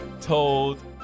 told